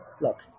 look